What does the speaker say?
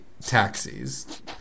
taxis